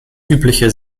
übliche